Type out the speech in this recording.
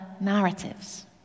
narratives